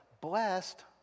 blessed